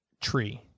tree